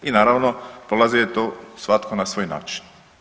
I naravno prolazio je to svatko na svoj način.